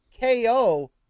KO